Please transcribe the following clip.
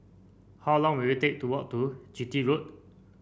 how long will it take to walk to Chitty Road